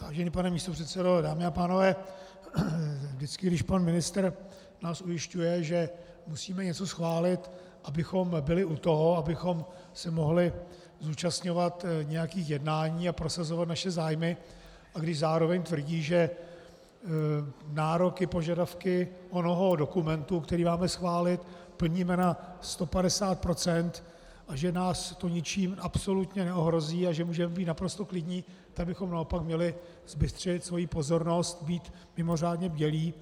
Vážený pane místopředsedo, dámy a pánové, vždycky když nás pan ministr ujišťuje, že musíme něco schválit, abychom byli u toho, abychom se mohli zúčastňovat nějakých jednání a prosazovat naše zájmy, a když zároveň tvrdí, že nároky, požadavky onoho dokumentu, který máme schválit, plníme na 150 % a že nás to ničím absolutně neohrozí a že můžeme být naprosto klidní, tak bychom naopak měli zbystřit svoji pozornost, být mimořádně bdělí.